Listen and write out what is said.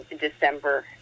December